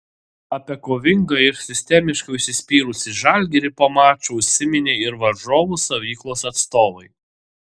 apie kovingą ir sistemiškai užsispyrusį žalgirį po mačo užsiminė ir varžovų stovyklos atstovai